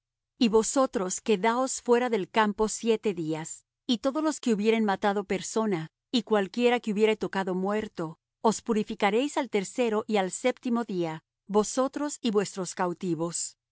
y vosotros quedaos fuera del campo siete días y todos los que hubieren matado persona y cualquiera que hubiere tocado muerto os purificaréis al tercero y al séptimo día vosotros y vuestros cautivos